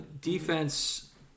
Defense